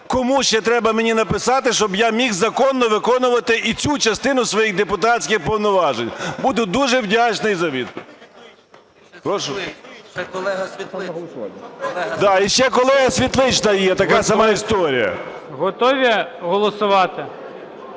Кому ще треба мені написати, щоб я міг законно виконувати і цю частину своїх депутатських повноважень? Буду дуже вдячний за відповідь. Да, і ще колега Світлична є – така сама історія. Веде засідання